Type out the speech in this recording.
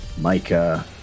Micah